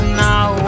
now